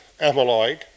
amyloid